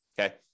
okay